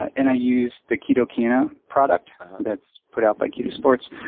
and i use the ketocana product that's put out by ketosports.